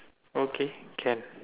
okay can